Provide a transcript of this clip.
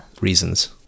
reasons